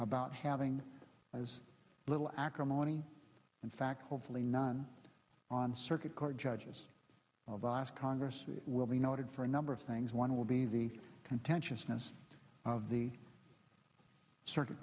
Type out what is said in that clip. about having as little acrimony in fact hopefully none on circuit court judges of the last congress we will be noted for a number of things one will be the contentiousness of the circuit